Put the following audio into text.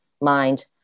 mind